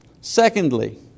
Secondly